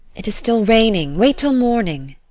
it is still raining wait till morning.